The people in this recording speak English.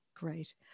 Great